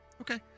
Okay